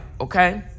okay